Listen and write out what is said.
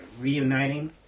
reuniting